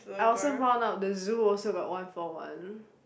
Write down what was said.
I also found out the zoo also got one for one